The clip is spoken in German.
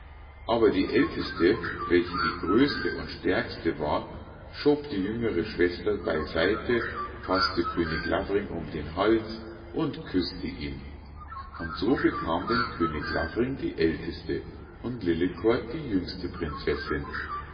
aber die älteste welche die größte und stärkste war schob die jüngere schwester bei seite faßte könig lavring um den hals und küßte ihn und so bekam denn könig lavring die älteste und lillekort die jüngste prinzessinn